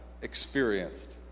experienced